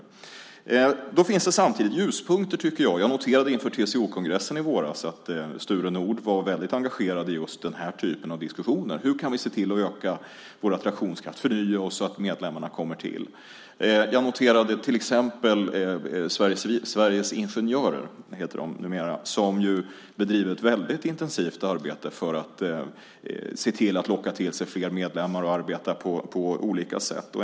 Men det finns samtidigt ljuspunkter, tycker jag. Jag noterade inför TCO-kongressen i våras att Sture Nordh var väldigt engagerad i just diskussioner om hur man kan öka sin attraktionskraft och förnya sig så att medlemmar kommer till. Till exempel Sveriges Ingenjörer bedriver ett väldigt intensivt arbete för att locka till sig fler medlemmar och arbeta på olika sätt.